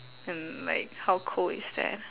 and like how cool is that